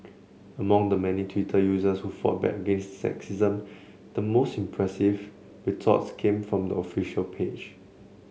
among the many Twitter users who fought back against the sexism the most impressive retorts came from the official page